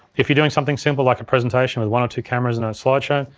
if you're doing something simple like a presentation with one or two cameras and a slideshow,